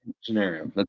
Scenario